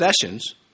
sessions